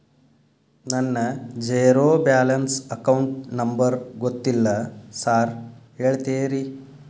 ನನ್ನ zero balance account number ಗೊತ್ತಿಲ್ಲ sir ಹೇಳ್ತೇರಿ?